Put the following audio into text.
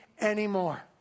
anymore